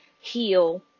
heal